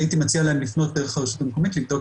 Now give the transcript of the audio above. הייתי מציע להם לפנות דרך הרשות המקומית לבדוק